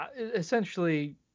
Essentially